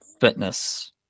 fitness